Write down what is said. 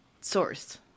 source